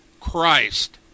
Christ